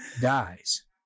dies